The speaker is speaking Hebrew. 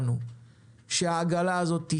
אבל חברת-בת שלו ב-20% החזקות עם רווח